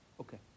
Okay